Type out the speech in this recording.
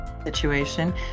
situation